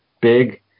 big